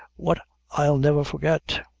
what i'll never forget.